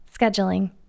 Scheduling